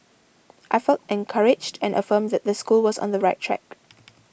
I felt encouraged and affirmed that the school was on the right track